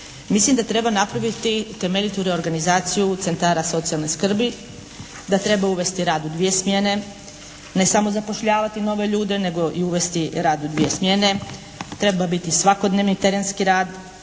mislim da treba napraviti temeljitu reorganizaciju centara socijalne skrbi. Da treba uvesti rad u dvije smjene. Ne samo zapošljavati nove ljude nego i uvesti rad u dvije smjene. Treba biti svakodnevni terenski rad.